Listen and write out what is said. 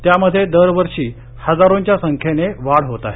त्यामध्ये दरवर्षी हजारोंच्या संख्येने वाढ होत आहे